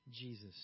Jesus